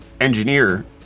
engineer